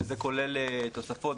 שזה כולל תוספות,